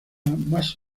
más